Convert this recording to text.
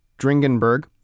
Dringenberg